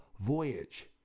voyage